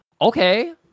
okay